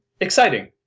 exciting